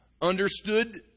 understood